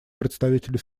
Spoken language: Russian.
представителю